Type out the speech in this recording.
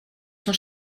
son